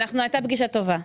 הייתה פגישה טובה.